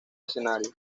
escenario